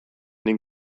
nik